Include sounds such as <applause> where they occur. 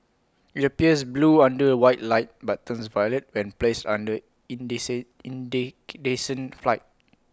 IT appears blue under white light but turns violet when placed under <unintelligible> descent flighting